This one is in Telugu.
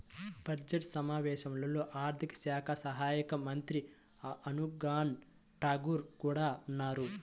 బడ్జెట్ సమావేశాల్లో ఆర్థిక శాఖ సహాయక మంత్రి అనురాగ్ ఠాకూర్ కూడా ఉన్నారు